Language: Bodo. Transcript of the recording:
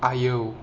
आयौ